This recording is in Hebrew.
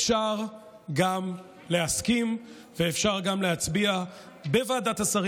אפשר גם להסכים ואפשר גם להצביע בוועדת השרים